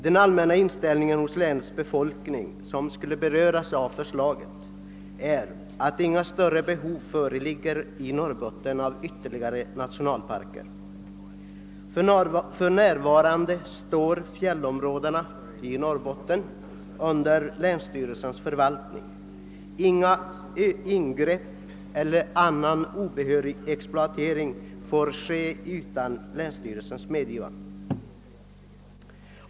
Den allmänna inställningen hos Jlänets befolkning är att det inte finns något större behov av ytterligare nationalparker i Norrbotten. För närvarande står fjällområdena i Norrbotten under länsstyrelsens förvaltning. Inga ingrepp och ingen otillbörlig exploatering får göras utan länsstyrelsens medgivande.